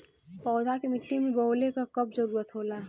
पौधा के मिट्टी में बोवले क कब जरूरत होला